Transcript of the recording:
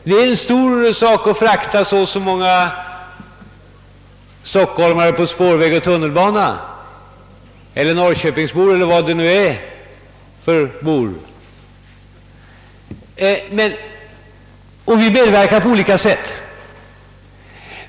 Det är en stor sak att frakta så och så många stockholmare eller norrköpingsbor — eller vad det nu är för »bor» — på spårväg och tunnelbana. Men vi medverkar på olika sätt.